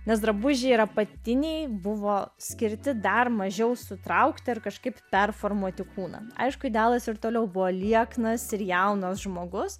nes drabužiai ir apatiniai buvo skirti dar mažiau sutraukti ar kažkaip performuoti kūnams aišku idealas ir toliau buvo lieknas ir jaunas žmogus